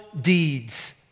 deeds